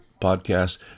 podcast